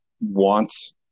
wants